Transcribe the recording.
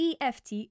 EFT